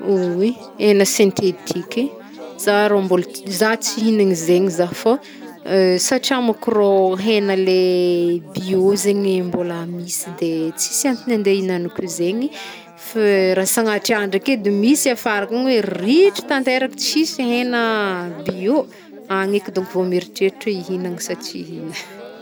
Hena sentetike! Za ara mbôl- zah tsy higneny zegny zah fô, satria môko rôh, hena le biô zegny mbôla misy de tsisy antony ande hignagnako zegny, f rah sagnatria ndraiky edy misy afara ankagny oe ritr tanteraka, tsisy hena bio, agny eky dônko vô mieritreritr oe ihignana sa tsy hignagna.